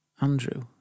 Andrew